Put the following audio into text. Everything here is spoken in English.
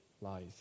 lies